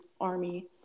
army